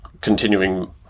continuing